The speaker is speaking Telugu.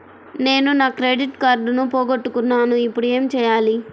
నేను నా క్రెడిట్ కార్డును పోగొట్టుకున్నాను ఇపుడు ఏం చేయాలి?